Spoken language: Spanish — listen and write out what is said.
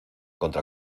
contra